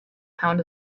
pound